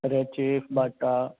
red chief Bata